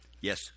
Yes